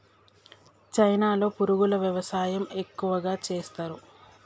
చైనాలో పురుగుల వ్యవసాయం ఎక్కువగా చేస్తరు